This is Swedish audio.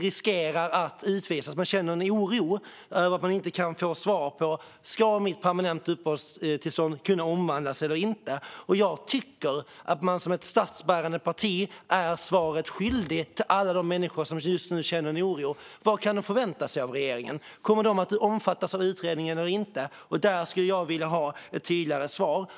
De känner oro över att de inte kan få svar på om deras permanenta uppehållstillstånd ska kunna omvandlas eller inte. Jag tycker att man som statsbärande parti är svaret skyldig till alla de människor som just nu känner oro. Vad kan de förvänta sig av regeringen? Kommer de att omfattas av utredningen eller inte? Där skulle jag vilja ha tydligare svar.